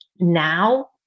now